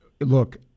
look